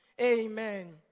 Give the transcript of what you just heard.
Amen